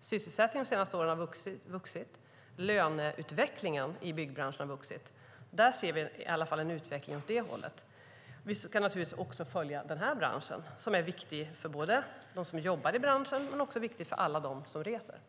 Sysselsättningen under de senaste åren har vuxit. Löneutvecklingen i byggbranschen har vuxit. Där kan vi i alla fall se en utveckling åt det hållet. Vi ska naturligtvis också följa den här branschen som är viktig både för dem som jobbar i den och för alla dem som reser.